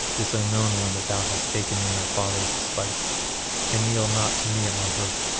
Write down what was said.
this unknown one that thou hast taken in thy father's despite and kneel not to me at my hearth,